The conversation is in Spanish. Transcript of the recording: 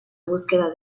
búsqueda